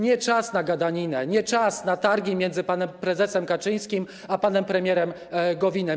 Nie czas na gadaninę, nie czas na targi między panem prezesem Kaczyńskim a panem premierem Gowinem.